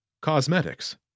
Cosmetics